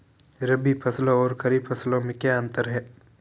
रबी फसलों और खरीफ फसलों में क्या अंतर है?